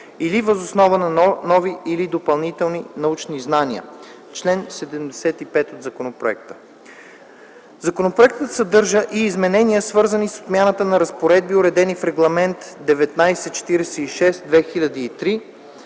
или въз основа на нови или допълнителни научни знания (чл. 75 от законопроекта). Законопроектът съдържа и изменения, свързани с отмяната на разпоредби, уредени в Регламент 1946/2003,